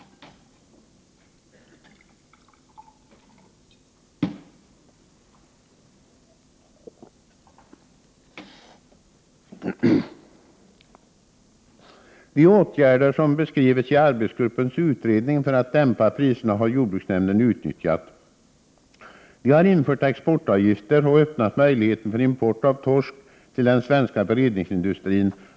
De åtgärder som beskrivs i arbetsgruppens utredning för att dämpa priserna har jordbruksnämnden utnyttjat. De har infört exportavgifter och öppnat möjligheter för import av torsk till den svenska beredningsindustrin.